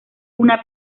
una